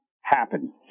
happen